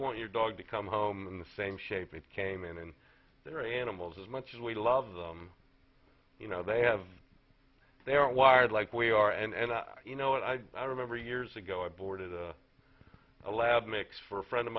want your dog to come home in the same shape it came in and they're animals as much as we love them you know they have they aren't wired like we are and you know what i remember years ago i boarded a lab mix for a friend of